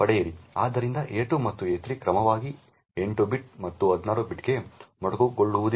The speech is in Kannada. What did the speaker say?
ಆದ್ದರಿಂದ a2 ಮತ್ತು a3 ಕ್ರಮವಾಗಿ 8 ಬಿಟ್ ಮತ್ತು 16 ಬಿಟ್ಗೆ ಮೊಟಕುಗೊಳ್ಳುವುದಿಲ್ಲ